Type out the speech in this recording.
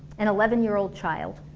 an eleven year old child